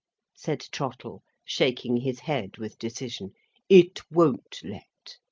said trottle, shaking his head with decision it won't let.